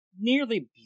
nearly